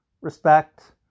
respect